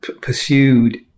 pursued